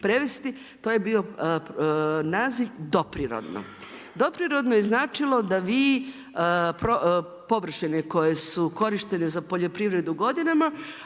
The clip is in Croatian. To je bio naziv doprirodno. Doprirodno je značilo da vi površine koje su korištene za poljoprivredu godinama